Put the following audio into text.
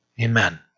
Amen